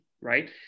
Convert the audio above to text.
Right